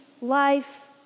life